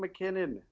McKinnon